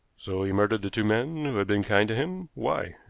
so he murdered the two men who had been kind to him. why?